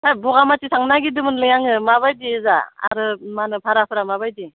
ओइ बगामाति थांनो नागिरदोंमोनलै आङो माबायदि ओजा आरो मा होनो भाराफोरा माबायदि